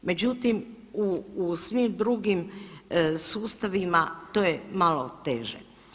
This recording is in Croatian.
Međutim, u u svim drugim sustavima to je malo teže.